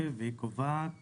והיא קובעת